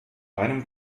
einem